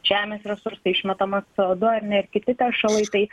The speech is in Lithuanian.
žemės resursai išmetamas c o du ar ne ir kiti teršalai tai